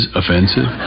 offensive